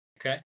okay